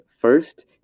first